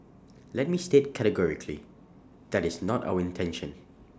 let me state categorically that is not our intention